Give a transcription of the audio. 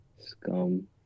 Scum